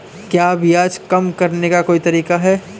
क्या ब्याज कम करने का कोई तरीका है?